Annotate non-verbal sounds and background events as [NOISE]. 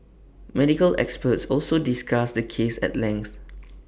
medical experts also discussed the case at length [NOISE]